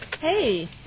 Hey